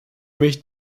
mich